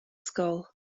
skull